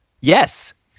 Yes